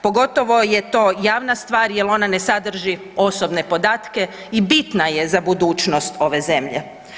Pogotovo je to javna stvar jer ona ne sadrži osobne podatke i bitna je za budućnost ove zemlje.